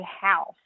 house